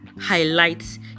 highlights